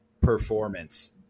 performance